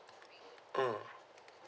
mm